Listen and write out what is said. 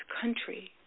country